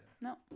no